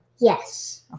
Yes